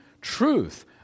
truth